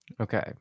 Okay